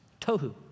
tohu